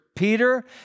Peter